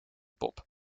pop